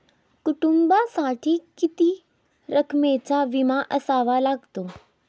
कुटुंबासाठी किती रकमेचा विमा असावा लागतो?